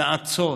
נאצות,